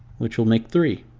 which will make three.